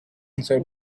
inside